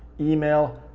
email,